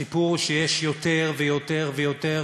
הסיפור הוא שיש יותר ויותר ויותר